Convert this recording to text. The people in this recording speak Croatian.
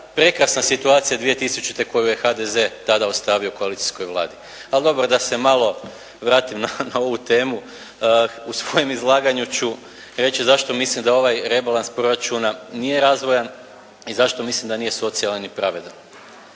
prekrasna situacija 2000. koju je HDZ tada ostavio koalicijskoj Vladi. Ali dobro, da se malo vratim na ovu temu. U svojem izlaganju ću reći zašto mislim da ovaj rebalans proračuna nije razvojan i zašto mislim da nije socijalan i pravedan.